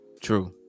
True